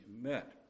met